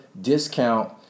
discount